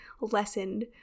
lessened